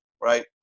right